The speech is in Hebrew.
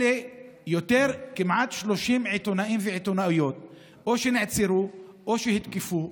אלה כמעט 30 עיתונאים ועיתונאיות שנעצרו או שהותקפו.